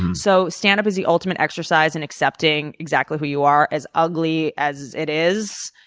so standup is the ultimate exercise in accepting exactly who you are, as ugly as it is,